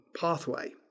pathway